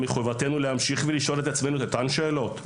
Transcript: מחובתנו להמשיך ולשאול את עצמנו את אותן שאלות,